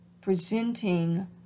presenting